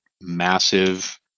massive